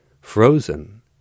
Frozen